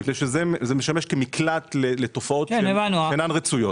מפני שזה משמש כמקלט לתופעות שאינן רצויות.